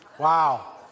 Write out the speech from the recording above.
Wow